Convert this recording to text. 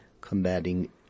Combating